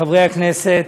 חברי הכנסת,